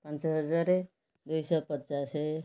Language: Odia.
ପାଞ୍ଚ ହଜାର ଦୁଇଶହ ପଚାଶ